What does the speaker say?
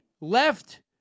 left